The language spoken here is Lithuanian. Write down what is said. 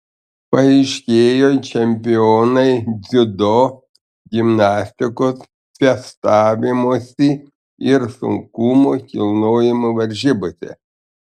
paaiškėjo čempionai dziudo gimnastikos fechtavimosi ir sunkumų kilnojimo varžybose